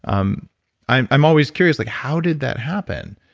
um i'm i'm always curious. like how did that happen?